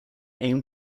aimed